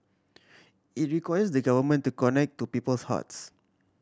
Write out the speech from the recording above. it requires the Government to connect to people's hearts